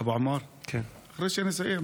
אבו עמר, אחרי שנסיים.